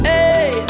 Hey